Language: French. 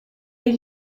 est